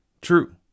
true